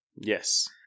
Yes